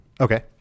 okay